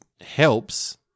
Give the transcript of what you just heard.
helps